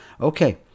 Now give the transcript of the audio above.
Okay